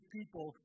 people